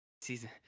Season